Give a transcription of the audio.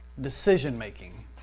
decision-making